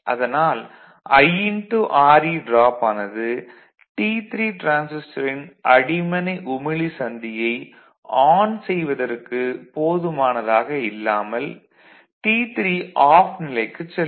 அதனால் IRe drop ஆனது T3 டிரான்சிஸ்டரின் அடிமனை உமிழி சந்தியை ஆன் செய்வதற்கு போதுமானதாக இல்லாமல் T3 ஆஃப் நிலைக்குச் செல்லும்